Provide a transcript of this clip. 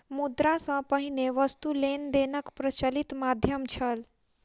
मुद्रा सॅ पहिने वस्तु लेन देनक प्रचलित माध्यम छल